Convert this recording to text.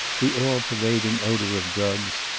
the all-pervading odor of drugs,